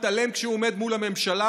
מתעלם כשהוא עומד מול הממשלה,